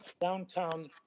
downtown